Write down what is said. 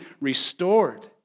restored